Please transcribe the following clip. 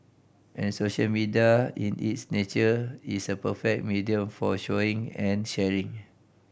and social media in its nature is a perfect medium for showing and sharing